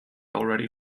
already